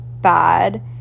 bad